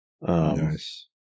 Nice